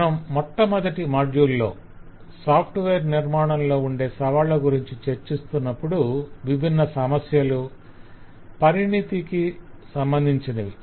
మనం మొట్టమొదటి మాడ్యూల్ లో సాఫ్ట్వేర్ నిర్మాణంలో ఉండే సవాళ్ళ గురించి చర్చిస్తునప్పుడు విభిన్న సమస్యలు పరిణితికి సంబంధించినవి